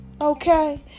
Okay